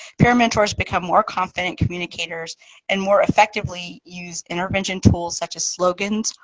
peer mentors become more confident communicators and more effectively use intervention tools such as slogans,